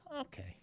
Okay